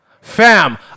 Fam